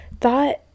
thought